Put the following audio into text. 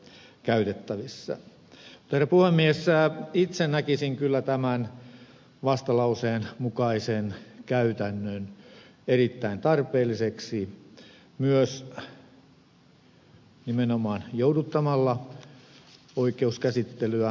mutta herra puhemies itse näkisin kyllä tämän vastalauseen mukaisen käytännön erittäin tarpeelliseksi myös nimenomaan jouduttamaan oikeuskäsittelyä hovioikeuskäsittelyä